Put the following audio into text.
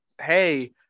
hey